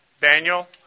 Daniel